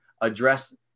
address